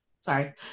Sorry